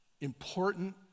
important